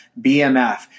BMF